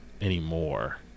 anymore